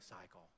cycle